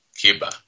Cuba